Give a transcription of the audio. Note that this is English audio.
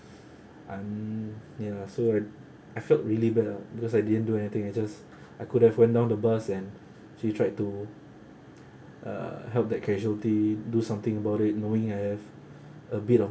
I'm ya I feel like I felt really bad lah because I didn't do anything I just I could have went down the bus and actually tried to uh help the casualty do something about it knowing I have a bit of